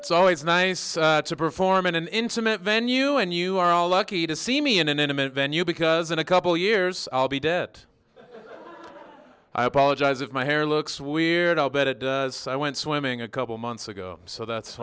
it's always nice to perform in an intimate venue and you are lucky to see me in an intimate venue because in a couple years i'll be dead i apologize if my hair looks weird i'll bet it does so i went swimming a couple months ago so that's